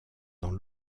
dans